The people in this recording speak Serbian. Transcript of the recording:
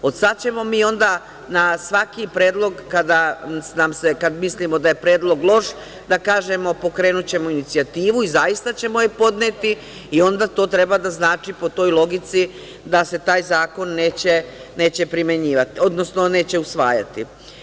Od sada ćemo mi onda na svaki predlog kada mislimo da je predlog loš, da kažemo pokrenućemo inicijativu, i zaista ćemo je podneti, i onda to treba da znači po toj logici, da se taj zakon neće primenjivati, odnosno usvajati.